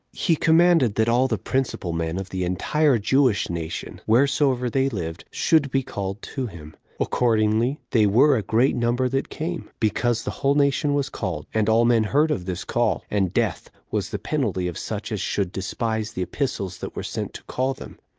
he commanded that all the principal men of the entire jewish nation, wheresoever they lived, should be called to him. accordingly, they were a great number that came, because the whole nation was called, and all men heard of this call, and death was the penalty of such as should despise the epistles that were sent to call them.